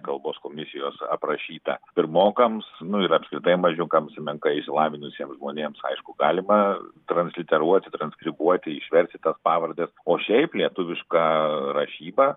kalbos komisijos aprašyta pirmokams nu ir apskritai mažiukams menkai išsilavinusiems žmonėms aišku galima transliteruoti transkribuoti išversti tas pavardes o šiaip lietuviška rašyba